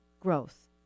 growth